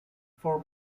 for